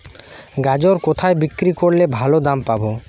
গাজর কোথায় বিক্রি করলে ভালো দাম পাব?